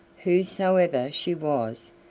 whosoever she was,